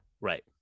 Right